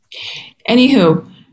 Anywho